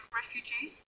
refugees